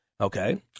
okay